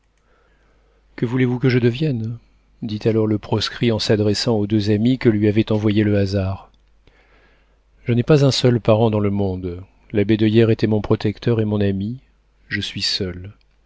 que voulez-vous que je devienne dit alors le proscrit en s'adressant aux deux amis que lui avait envoyés le hasard je n'ai pas un seul parent dans le monde labédoyère était mon protecteur et mon ami je suis seul